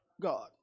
God